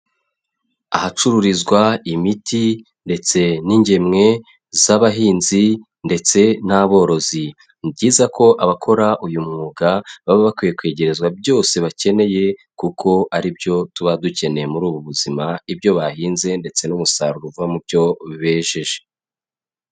Ahacururizwa imiti ndetse n'ingemwe z'abahinzi ndetse n'aborozi; ni byiza ko abakora uyu mwuga, baba bakwiye kwegerezwa byose bakeneye, kuko ari byo tuba dukeneye muri ubu buzima, ibyo bahinze ndetse n'umusaruro uva mu byo bejeje.